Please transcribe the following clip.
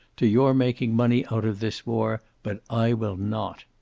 to your making money out of this war, but i will not.